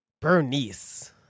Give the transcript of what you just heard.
Bernice